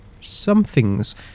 Something's